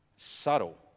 subtle